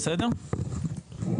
זה